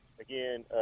again